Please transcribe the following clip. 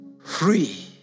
free